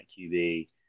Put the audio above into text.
QB